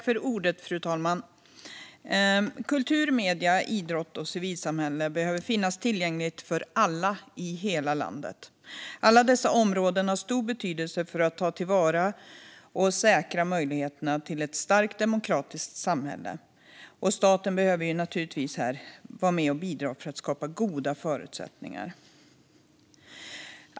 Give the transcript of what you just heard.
Fru talman! Kultur, medier, idrott och civilsamhälle behöver finnas tillgängligt för alla i hela landet. Alla dessa områden har stor betydelse för att ta till vara och säkra möjligheterna till ett starkt demokratiskt samhälle. Staten behöver naturligtvis vara med och bidra för att skapa goda förutsättningar.